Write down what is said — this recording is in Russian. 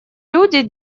люди